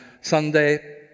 Sunday